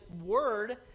word